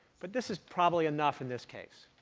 but this is probably enough in this case,